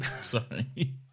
sorry